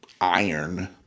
iron